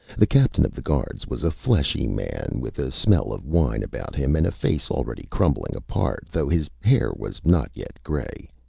the captain of the guards was a fleshy man with a smell of wine about him and a face already crumbling apart though his hair was not yet grey.